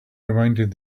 reminded